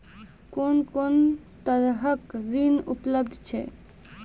कून कून तरहक ऋण उपलब्ध छै?